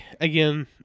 again